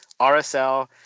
RSL